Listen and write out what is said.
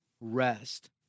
rest